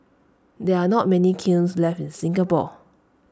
there are not many kilns left in Singapore